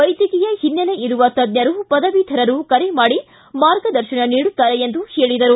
ವೈದ್ಯಕೀಯ ಹಿನ್ನೆಲೆ ಇರುವ ತಜ್ಞರು ಪದವೀಧರರು ಕರೆ ಮಾಡಿ ಮಾರ್ಗದರ್ಶನ ನೀಡುತ್ತಾರೆ ಎಂದು ಹೇಳಿದರು